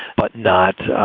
but not